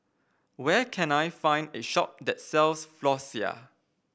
where can I find a shop that sells Floxia